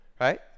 right